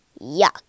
Yuck